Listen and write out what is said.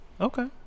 Okay